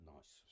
Nice